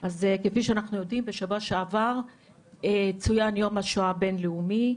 כפי שאנחנו יודעים בשנה שעברה צויין יום השואה הבינלאומי.